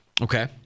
Okay